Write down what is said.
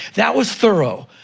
that was thorough.